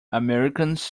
americans